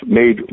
made